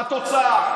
מה התוצאה?